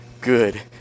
good